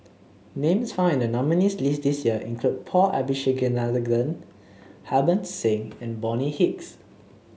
names found in the nominees' list this year include Paul Abisheganaden Harbans Singh and Bonny Hicks